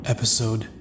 Episode